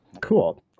Cool